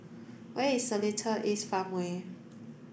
where is Seletar East Farmway